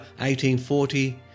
1840